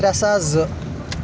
ترٛےٚ ساس زٕ